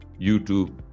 YouTube